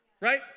Right